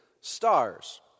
stars